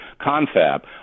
confab